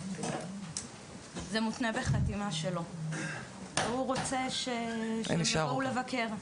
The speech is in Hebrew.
והוא רוצה שהן יבואו לבקר.